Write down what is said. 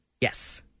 Yes